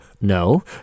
no